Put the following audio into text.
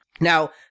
Now